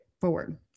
forward